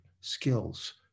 skills